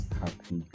happy